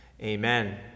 Amen